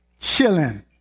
chilling